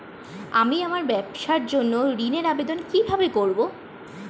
আমি আমার ব্যবসার জন্য ঋণ এর আবেদন কিভাবে করব?